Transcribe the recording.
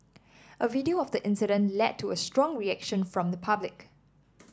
a video of the incident led to a strong reaction from the public